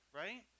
right